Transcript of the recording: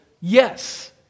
Yes